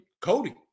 Cody